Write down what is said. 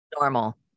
Normal